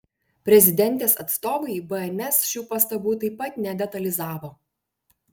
prezidentės atstovai bns šių pastabų taip pat nedetalizavo